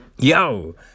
Yo